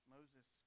Moses